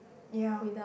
ya